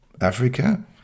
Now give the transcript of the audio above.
Africa